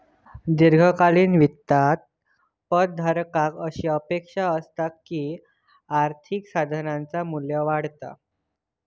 दीर्घकालीन वित्तात पद धारकाक अशी अपेक्षा असता की आर्थिक साधनाचा मू्ल्य वाढतला